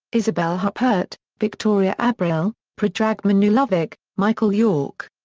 isabelle huppert, victoria abril predrag manojlovic, michael york.